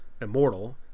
immortal